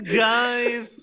guys